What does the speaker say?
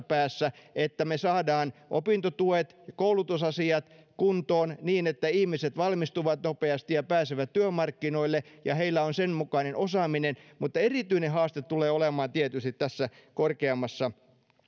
päässä että me saamme opintotuet koulutusasiat kuntoon niin että ihmiset valmistuvat nopeasti ja pääsevät työmarkkinoille ja heillä on sen mukainen osaaminen mutta erityinen haaste tulee olemaan tietysti tässä korkeammassa